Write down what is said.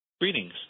Greetings